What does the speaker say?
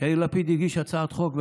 יאיר לפיד הגיש הצעת חוק,